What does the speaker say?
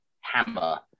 Hammer